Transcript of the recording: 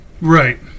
Right